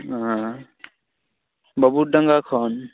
ᱟᱸ ᱵᱟ ᱵᱩᱨ ᱰᱟᱸᱜᱟ ᱠᱷᱚᱱ